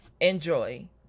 Enjoy